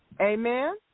Amen